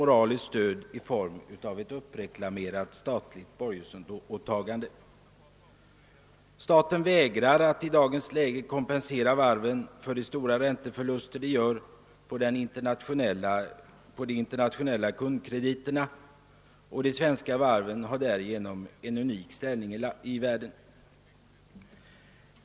moraliskt stöd i form av ett uppreklamerat statligt borgensåtagande. Staten vägrar att i dag kompensera varven för de stora ränteförluster de gör på de internationella kundkrediterna, och de svenska varven har därigenom en unik ställning i världen.